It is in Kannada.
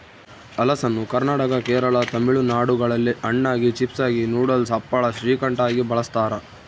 ಹಲಸನ್ನು ಕರ್ನಾಟಕ ಕೇರಳ ತಮಿಳುನಾಡುಗಳಲ್ಲಿ ಹಣ್ಣಾಗಿ, ಚಿಪ್ಸಾಗಿ, ನೂಡಲ್ಸ್, ಹಪ್ಪಳ, ಶ್ರೀಕಂಠ ಆಗಿ ಬಳಸ್ತಾರ